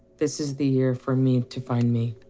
this is the year for me to find me.